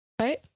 Right